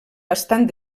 bastant